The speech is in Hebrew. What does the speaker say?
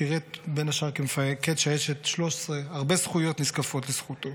שירת בין השאר כמפקד שייטת 13. הרבה זכויות נזקפות לזכותו.